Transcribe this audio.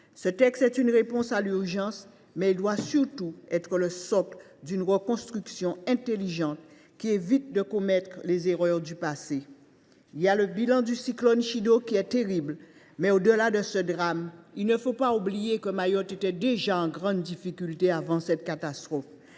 Ce texte est une réponse à l’urgence, mais il doit surtout être le socle d’une reconstruction intelligente, qui évite de commettre les erreurs du passé. Le bilan du cyclone Chido est terrible, mais au delà de ce drame, il ne faut pas oublier que Mayotte était déjà en grande difficulté avant cette catastrophe